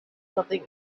something